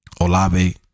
Olave